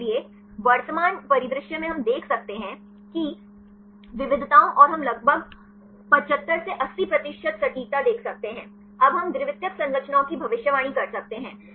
इसलिए वर्तमान परिदृश्य में हम देख सकते हैं प्रदर्शन की विविधताओं को और हम लगभग 75 से 80 प्रतिशत सटीकता देख सकते हैं अब हम द्वितीयक संरचनाओं की भविष्यवाणी कर सकते हैं